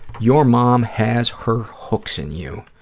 your mom has her hooks in you,